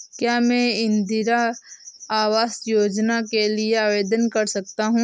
क्या मैं इंदिरा आवास योजना के लिए आवेदन कर सकता हूँ?